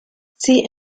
sie